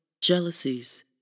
jealousies